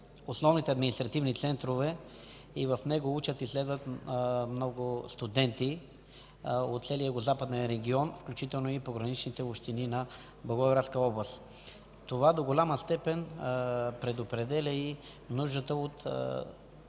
основните административни центрове. В него учат, следват много студенти от целия Югозападен регион, включително и пограничните общини на Благоевградска област. Това до голяма степен предопределя и нуждата от